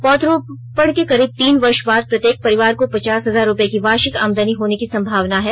पौधरोपण के करीब तीन वर्ष बाद प्रत्येक परिवार को पचास हजार रुपये की वार्षिक आमदनी होने की संभावना है